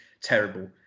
terrible